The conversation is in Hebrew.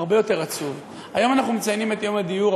הרבה יותר עצוב: היום אנחנו מציינים את יום הדיור,